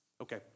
Okay